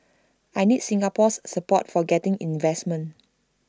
I need Singapore's support for getting investment